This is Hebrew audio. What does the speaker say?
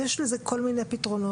אז יש לזה כל מיני פתרונות.